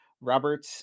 robert